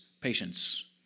patience